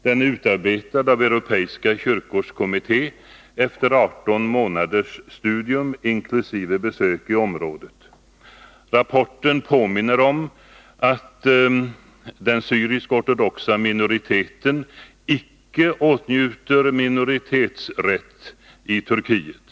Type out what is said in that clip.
Den är utarbetad av de europeiska kyrkornas kommitté efter 18 månaders studium, inkl. besök i området. Rapporten påminner om att den syrisk-ortodoxa minoriteten icke åtnjuter minoritetsrätt i Turkiet.